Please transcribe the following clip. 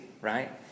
right